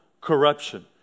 corruption